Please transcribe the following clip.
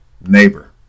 Neighbor